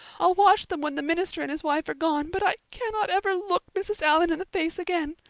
i'll wash them when the minister and his wife are gone, but i cannot ever look mrs. allan in the face again.